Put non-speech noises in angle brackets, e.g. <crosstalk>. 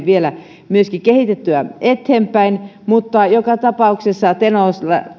<unintelligible> vielä myöskin kehitettyä eteenpäin mutta joka tapauksessa tenon